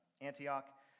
Antioch